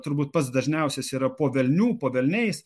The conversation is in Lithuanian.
turbūt pats dažniausias yra po velnių po velniais